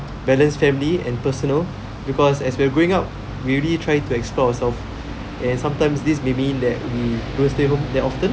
balance family and personal because as we're growing up we already try to explore ourselves and sometimes this may mean that we don't stay home that often